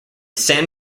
san